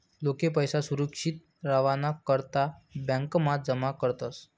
लोके पैसा सुरक्षित रावाना करता ब्यांकमा जमा करतस